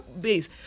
base